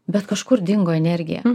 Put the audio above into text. bet kažkur dingo energija